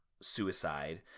suicide